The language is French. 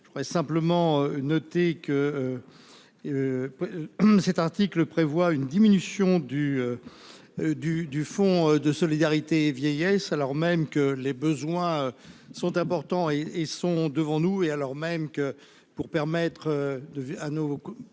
Je voudrais simplement noter que. Cet article prévoit une diminution du. Du du Fonds de solidarité vieillesse, alors même que les besoins. Sont importants et et sont devant nous et alors même que pour permettre de à nos personnes